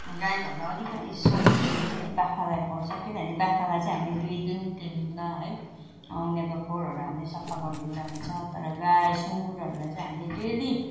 गाई भन्दा अलिकति सजिलो चाहिँ है बाख्रालाई पर्छ किनभने बाख्रालाई चाहिँ हामीले दुई दिन तिन दिनमा है उनीहरूको खोरहरू हामीले सफा गरिदिँदा हुन्छ तर गाई सुँगुरहरूलाई चाहिँ हामीले डेली